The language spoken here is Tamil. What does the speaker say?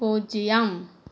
பூஜ்ஜியம்